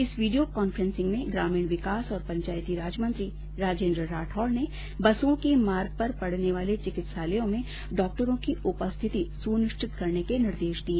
इस video conferencing में ग्रामीण विकास और पंचायती राज मंत्री राजेन्द्र राठौड़ ने बसों के मार्ग पर पड़ने वाले चिकित्सालयों में डॉक्टरों की उपस्थित सुनिश्चित करने के निर्देष दिए